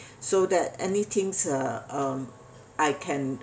so that anythings uh um I can